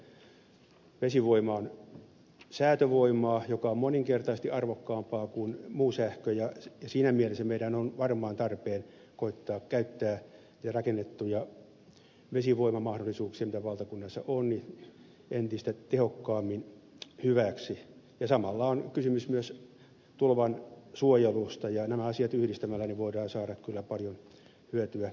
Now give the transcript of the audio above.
vesivoima on säätövoimaa joka on moninkertaisesti arvokkaampaa kuin muu sähkö ja siinä mielessä meidän on varmaan tarpeen koettaa käyttää rakennettuja vesivoimamahdollisuuksia joita valtakunnassa on entistä tehokkaammin hyväksi ja samalla on kysymys myös tulvansuojelusta ja nämä asiat yhdistämällä voidaan saada kyllä paljon hyötyä aikaan